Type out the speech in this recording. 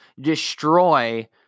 destroy